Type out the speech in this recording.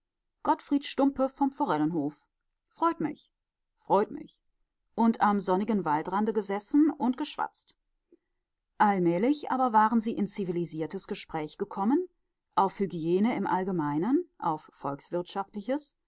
gottfried stumpe vom forellenhof freut mich freut mich und am sonnigen waldrande gesessen und geschwatzt allmählich aber waren sie in zivilisiertes gespräch gekommen auf hygiene im allgemeinen auf